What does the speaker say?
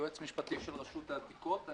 יועץ משפטי של רשות העתיקות.